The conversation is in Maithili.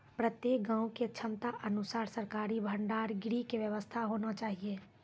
प्रत्येक गाँव के क्षमता अनुसार सरकारी भंडार गृह के व्यवस्था होना चाहिए?